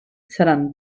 seran